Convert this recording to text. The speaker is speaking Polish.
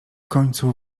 końcu